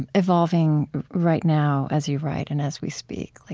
and evolving right now as you write and as we speak? like